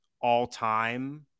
all-time